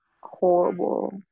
horrible